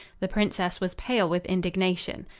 the princess was pale with indignation.